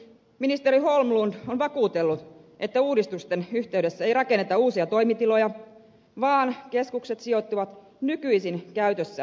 ministeri holmlund on vakuutellut että uudistusten yhteydessä ei rakenneta uusia toimitiloja vaan keskukset sijoittuvat nykyisin käytössä oleviin tiloihin